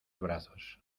brazos